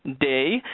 Day